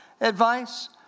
advice